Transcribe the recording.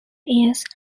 years